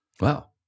Wow